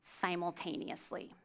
simultaneously